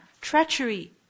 treachery